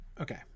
Okay